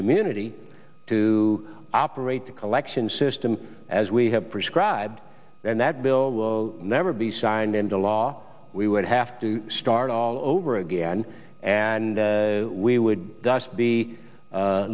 community to operate the collection system as we have prescribed and that bill will never be signed into law we would have to start all over again and we would